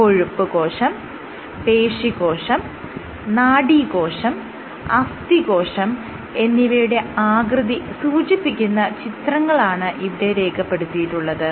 കൊഴുപ്പ് കോശം പേശീകോശം നാഡീ കോശം അസ്ഥി കോശം എന്നിവയുടെ ആകൃതി സൂചിപ്പിക്കുന്ന ചിത്രങ്ങളാണ് ഇവിടെ രേഖപ്പെടുത്തിയിട്ടുള്ളത്